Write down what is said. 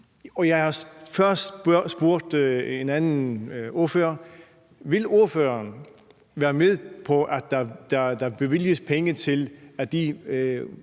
Jeg har også stillet en anden ordfører det her spørgsmål: Vil ordføreren være med på, at der bevilges penge til, at de